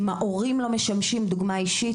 אם ההורים לא משמשים דוגמה אישית,